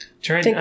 sure